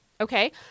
Okay